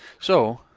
so,